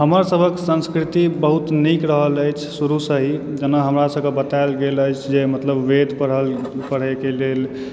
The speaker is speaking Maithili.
हमर सभक संस्कृति बहुत नीक रहल अछि शुरूसँ ही जेना हमरा सभक बतायल गेल अछि जे मतलब वेद पढ़ै के लेल